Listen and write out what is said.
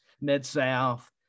Mid-South